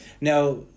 Now